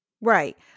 Right